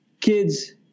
kids